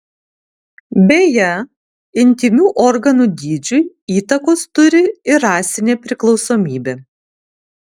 beje intymių organų dydžiui įtakos turi ir rasinė priklausomybė